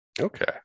Okay